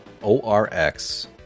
ORX